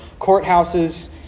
courthouses